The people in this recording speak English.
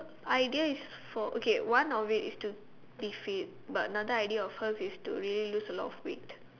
idea is for okay one of it is to be fit but another idea of hers is to really lose a lot of weight